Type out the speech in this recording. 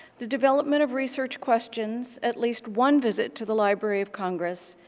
the development of research questions, at least one visit to the library of congress,